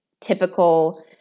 typical